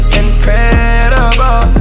incredible